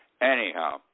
anyhow